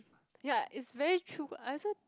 ya it's very true but I also